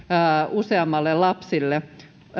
useammille lapsille